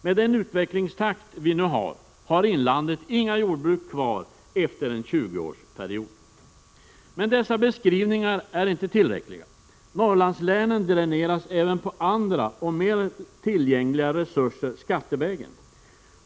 Med den utvecklingstakt vi nu har har inlandet inga jordbruk kvar efter en 20-årsperiod. Men dessa beskrivningar är inte tillräckliga. Norrlandslänen dräneras även på andra och mer tillgängliga resurser skattevägen.